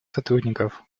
сотрудников